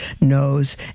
knows